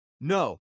No